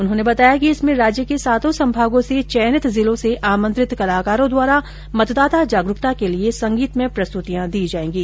उन्होंने बताया कि इसमें राज्य के सातों संभागों से चयनित जिलों से आमंत्रित कलाकारों द्वारा मतदाता जागरुकता के लिए संगीतमय प्रस्तुतियां दी जाएंगी